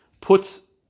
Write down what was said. puts